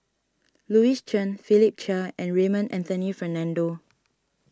Louis Chen Philip Chia and Raymond Anthony Fernando